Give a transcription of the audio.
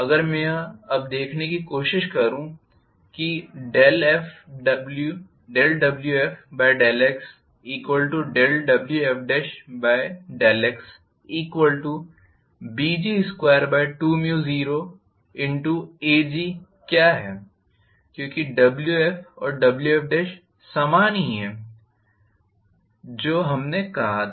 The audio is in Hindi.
अगर मैं अब यह देखने की कोशिश करूं कि Wf∂xWf∂xBg220Ag क्या है क्योंकि Wf और Wf समान ही हैं जो हमने कहा था